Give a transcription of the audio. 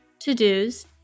to-dos